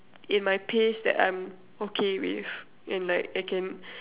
in my pace that I'm okay with and like I can